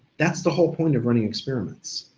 that's the whole point of running experiments.